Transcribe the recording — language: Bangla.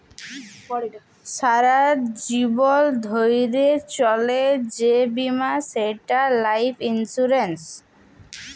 সারা জীবল ধ্যইরে চলে যে বীমা সেট লাইফ ইলসুরেল্স